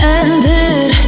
ended